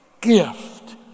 gift